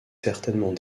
certainement